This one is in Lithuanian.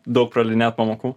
daug praleidinėt pamokų